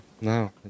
no